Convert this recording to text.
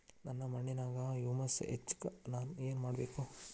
ನನ್ನ ಮಣ್ಣಿನ್ಯಾಗ್ ಹುಮ್ಯೂಸ್ ಹೆಚ್ಚಾಕ್ ನಾನ್ ಏನು ಮಾಡ್ಬೇಕ್?